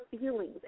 feelings